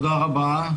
תודה רבה,